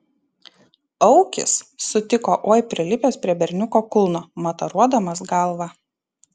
aukis sutiko oi prilipęs prie berniuko kulno mataruodamas galva